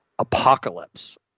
apocalypse